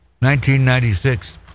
1996